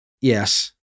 yes